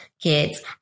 kids